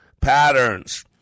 patterns